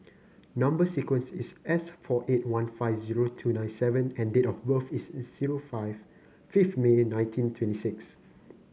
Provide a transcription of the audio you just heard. number sequence is S four eight one five zero two nine seven and date of birth is zero five fifth May nineteen twenty six